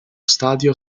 stadio